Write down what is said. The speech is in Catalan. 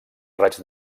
raig